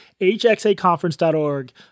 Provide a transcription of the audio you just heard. hxaconference.org